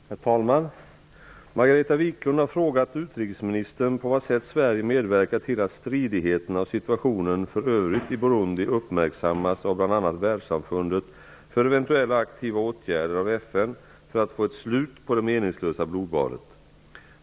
Herr talman! Margareta Viklund har frågat utrikesministern på vad sätt Sverige medverkar till att stridigheterna och situationen för övrigt i Burundi uppmärksammas av bl.a. världssamfundet för eventuella aktiva åtgärder av FN för att få ett slut på det meningslösa blodbadet.